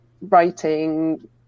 writing